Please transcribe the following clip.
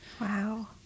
Wow